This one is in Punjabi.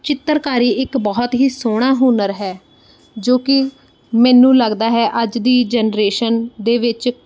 ਚਿੱਤਰਕਾਰੀ ਇੱਕ ਬਹੁਤ ਹੀ ਸੋਹਣਾ ਹੁਨਰ ਹੈ ਜੋ ਕਿ ਮੈਨੂੰ ਲੱਗਦਾ ਹੈ ਅੱਜ ਦੀ ਜਨਰੇਸ਼ਨ ਦੇ ਵਿੱਚ